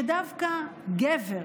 שדווקא גבר,